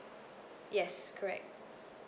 yes correct